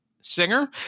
Singer